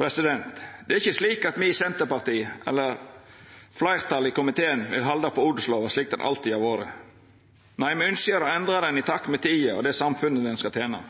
Det er ikkje slik at me i Senterpartiet eller fleirtalet i komiteen vil halda på odelslova slik ho alltid har vore. Nei, me ynskjer å endra ho i takt med tida og samfunnet ho skal tena.